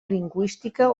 lingüística